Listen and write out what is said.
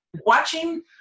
watching